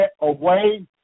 away